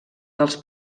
dels